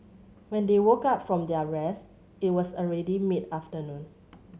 when they woke up from their rest it was already mid afternoon